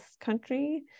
country